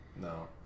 no